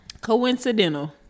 coincidental